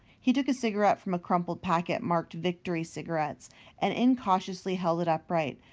he took a cigarette from a crumpled packet marked victory cigarettes and incautiously held it upright,